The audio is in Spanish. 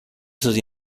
sus